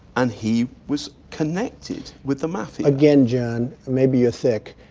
and he was connected with the mafia again, john, maybe you're thick,